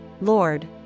Lord